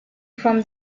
from